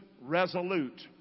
resolute